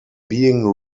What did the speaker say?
being